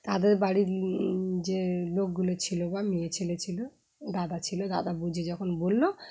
তাদের বাড়ির যে লোকগুলো ছিলো বা মেয়ে ছেলে ছিলো দাদা ছিলো দাদা বুঝে যখন বললো